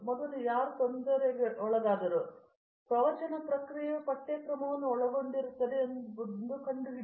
ಮೊದಲು ಯಾರು ತೊಂದರೆಗೊಳಗಾದದು ಮತ್ತು ಪ್ರವಚನ ಪ್ರಕ್ರಿಯೆಯು ಪಠ್ಯಕ್ರಮವನ್ನು ಒಳಗೊಂಡಿರುತ್ತದೆ ಎಂಬುದನ್ನು ನೋಡಿ